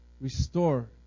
restore